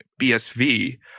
BSV